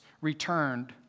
returned